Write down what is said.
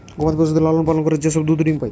গবাদি পশুদের লালন পালন করে যে সব দুধ ডিম্ পাই